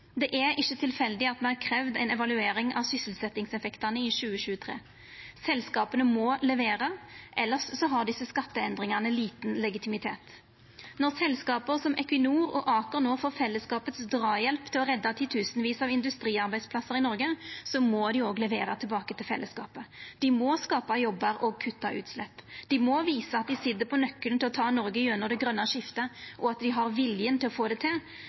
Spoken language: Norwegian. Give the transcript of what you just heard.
Det er ikkje tilfeldig at me har kravd ei evaluering av sysselsetjingseffektane i 2023. Selskapa må levera, elles har desse skatteendringane liten legitimitet. Når selskap som Equinor og Aker no får draghjelp frå fellesskapet for å redda titusenvis av industriarbeidsplassar i Noreg, må dei òg levera tilbake til fellesskapet. Dei må skapa jobbar og kutta utslepp. Dei må visa at dei sit på nøkkelen til å ta Noreg gjennom det grøne skiftet, og at dei har vilje til å få det til.